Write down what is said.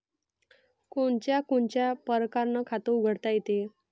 कोनच्या कोनच्या परकारं खात उघडता येते?